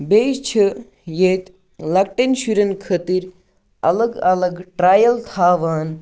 بیٚیہِ چھِ ییٚتہِ لۄکٹٮ۪ن شُرٮ۪ن خٲطرٕ الگ الگ ٹرٛایِل تھاوان